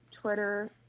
Twitter